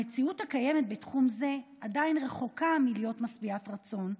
המציאות הקיימת בתחום זה עדיין רחוקה מלהיות משביעת רצון,